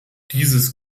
dieses